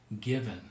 given